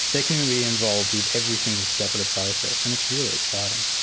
they can be involved with every single step of the process, and it's really exciting.